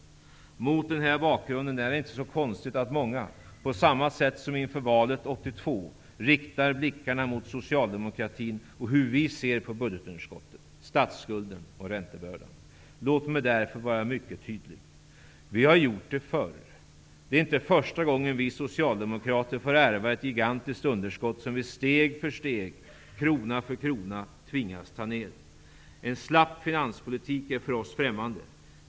Mot den här bakgrunden är det inte konstigt att många -- på samma sätt som inför valet 1982 -- riktar blickarna mot socialdemokratin och hur vi ser på budgetunderskottet, statsskulden och räntebördan. Låt mig därför vara mycket tydlig. Vi har gjort det förr. Det är inte första gången vi socialdemokrater får ärva ett gigantiskt budgetunderskott, som vi steg för steg, krona för krona, tvingas ta ned. En slapp finanspolitik är för oss främmande.